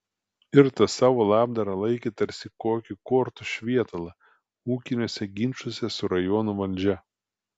ir tą savo labdarą laikė tarsi kokį kortų švietalą ūkiniuose ginčuose su rajono valdžia